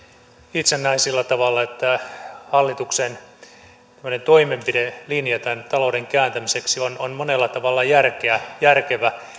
itse näen sillä tavalla että hallituksen toimenpidelinja tämän talouden kääntämiseksi on on monella tavalla järkevä